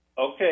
Okay